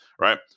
right